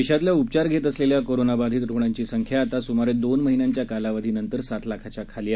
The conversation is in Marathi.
देशातल्या उपचार घेत असलेल्या कोरोनाबाधित रुग्णांची संख्या सुमारे दोन महिन्यांच्या कालावधीनंतर सात लाखाच्या खाली आली आहे